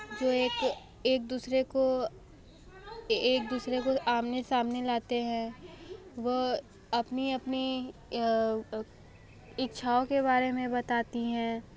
जो एक दूसरे एक दूसरे को आमने सामने लाते हैं व अपनी अपनी इच्छाओं के बारे में बताती हैं